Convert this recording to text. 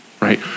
right